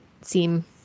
seem